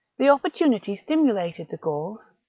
the opportunity stimulated the gauls.